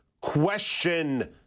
question